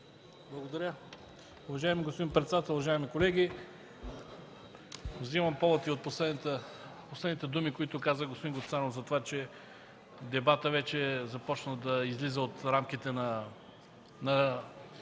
Благодаря. Уважаеми господин председател, уважаеми колеги! Вземам повод и от последните думи, които каза господин Гуцанов за това, че дебатът вече е започнал да излиза от рамките на